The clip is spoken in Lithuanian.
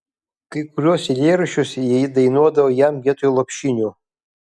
kai kuriuos eilėraščius ji dainuodavo jam vietoj lopšinių